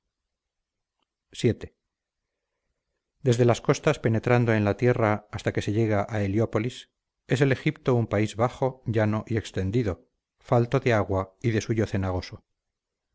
vii desde las costas penetrando en la tierra hasta que se llega a heliópolis es el egipto un país bajo llano y extendido falto de agua y de suyo cenagoso